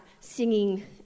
singing